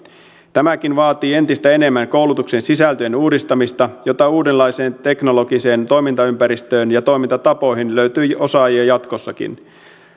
tämäkin vaatii entistä enemmän koulutuksen sisältöjen uudistamista jotta uudenlaiseen teknologiseen toimintaympäristöön ja toimintatapoihin löytyy osaajia jatkossakin